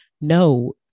no